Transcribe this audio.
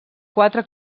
quatre